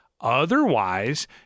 Otherwise